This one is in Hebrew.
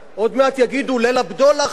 עוד מעט יגידו "ליל הבדולח" פה,